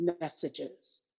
messages